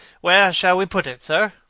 where shall we put it, sir?